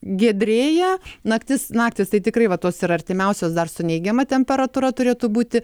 giedrėja naktis naktys tai tikrai va tos ir artimiausios dar su neigiama temperatūra turėtų būti